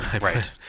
right